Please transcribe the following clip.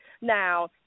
Now